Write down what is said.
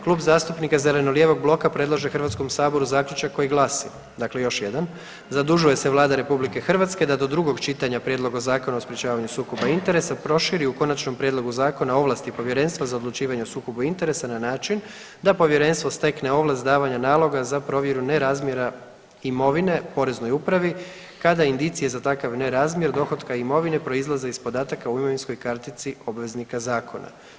Klub zastupnika zeleno-lijevog bloka predlaže HS-u zaključak koji glasi, dakle još jedan: Zadužuje se Vlada RH da do drugog čitanja Prijedloga Zakona o sprječavanju sukoba interesa proširi u konačnom prijedlogu Zakona ovlasti Povjerenstva za odlučivanje o sukobu interesa na način da Povjerenstvo stekne ovlast davanja naloga za provjeru nerazmjera imovine Poreznoj upravi kada indicije za takav nerazmjer dohotka imovine proizlaze iz podataka u imovinskoj kartici obveznika Zakona.